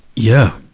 yeah.